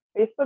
Facebook